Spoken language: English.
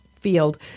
field